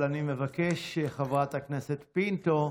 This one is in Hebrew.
אבל אני מבקש, חברת הכנסת פינטו,